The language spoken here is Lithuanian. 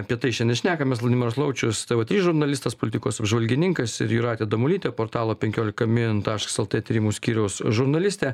apie tai šiandien šnekamės vladimiras laučius tv trys žurnalistas politikos apžvalgininkas ir jūratė damulytė portalo penkiolika min taškas lt tyrimų skyriaus žurnalistė